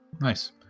Nice